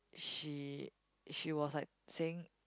she she was like saying